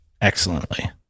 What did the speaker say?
excellently